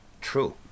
true